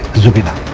zubina